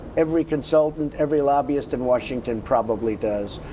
every consultant, every lobbyist in washington probably does.